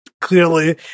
Clearly